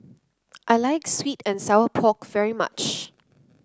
I like sweet and Sour Pork very much